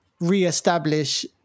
reestablish